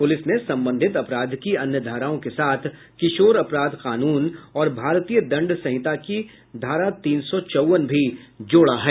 police ने संबंधित अपराध की अन्य धाराओं के साथ किशोर अपराध कानून और भारतीय दंड संहिता की धारा तीन सौ चौवन भी जोड़ा है